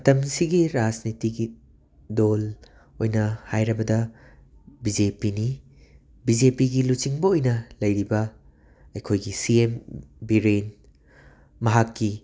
ꯃꯇꯝꯁꯤꯒꯤ ꯔꯥꯁꯅꯤꯇꯤꯒꯤ ꯗꯣꯜ ꯑꯣꯏꯅ ꯍꯥꯏꯔꯕꯗ ꯕꯤꯖꯤꯄꯤꯅꯤ ꯕꯤꯖꯤꯄꯤꯒꯤ ꯂꯨꯆꯤꯡꯕ ꯑꯣꯏꯅ ꯂꯩꯔꯤꯕ ꯑꯩꯈꯣꯏꯒꯤ ꯁꯤ ꯑꯦꯝ ꯕꯤꯔꯦꯟ ꯃꯍꯥꯛꯀꯤ